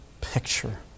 picture